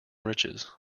riches